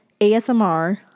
ASMR